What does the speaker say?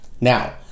Now